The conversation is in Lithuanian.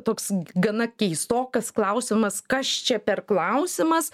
toks gana keistokas klausimas kas čia per klausimas